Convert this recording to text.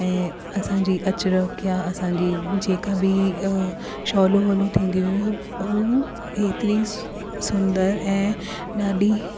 ऐं असांजी अचरक या असांजी जेका बि शौलूं वौलूं थींदियूं हुयूं उहे हेतरी सुंदरु ऐं ॾाढी